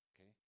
okay